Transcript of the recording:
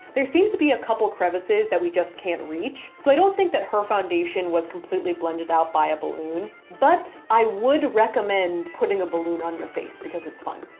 there seems to be a couple crevices that we just can't reach, so i don't think that her foundation was completely blended out by a balloon, but i would recommend putting a balloon on her face, because it's fun.